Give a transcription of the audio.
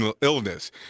illness